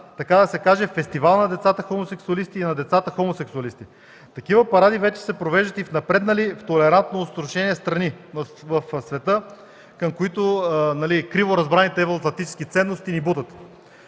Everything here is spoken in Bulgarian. така да се каже фестивал на децата на хомосексуалисти и на децата-хомосексуалисти. Такива паради вече се провеждат и в напреднали в толерантно отношение страни в света, към които ни бутат криворазбраните евроатлантически ценности. Ние от